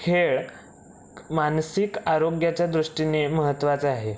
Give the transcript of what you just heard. खेळ मानसिक आरोग्याच्या दृष्टीने महत्त्वाचा आहे